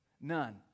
None